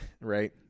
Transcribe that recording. right